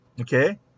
okay